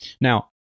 now